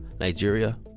Nigeria